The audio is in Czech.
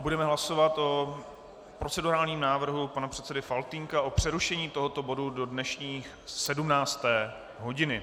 Budeme hlasovat o procedurálním návrhu pana předsedy Faltýnka o přerušení tohoto bodu do dnešní 17. hodiny.